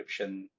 encryption